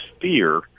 fear